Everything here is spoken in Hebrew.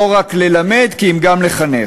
לא רק ללמד כי אם גם לחנך,